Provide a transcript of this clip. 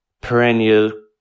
perennial